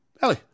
Ellie